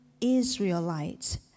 Israelites